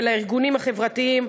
ולארגונים החברתיים,